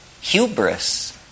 hubris